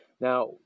Now